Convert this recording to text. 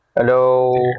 hello